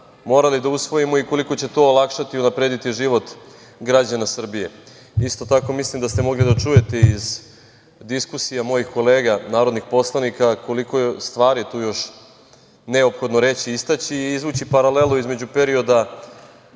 morali da usvojimo i koliko će to olakšati i unaprediti život građana Srbije. Isto tako, mislim da ste mogli da čujete iz diskusija mojih kolega narodnih poslanika koliko je stvari tu još neophodno reći i istaći i izvući paralelu između perioda